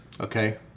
Okay